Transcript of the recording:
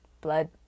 blood